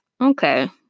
okay